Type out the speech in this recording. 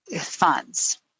funds